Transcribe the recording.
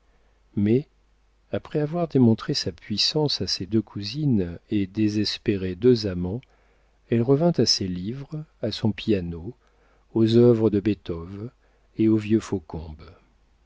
mais après avoir démontré sa puissance à ses deux cousines et désespéré deux amants elle revint à ses livres à son piano aux œuvres de beethoven et au vieux